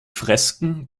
fresken